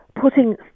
putting